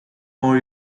are